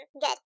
Good